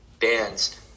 bands